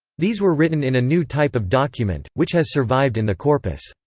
these were written in a new type of document, which has survived in the corpus.